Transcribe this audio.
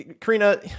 Karina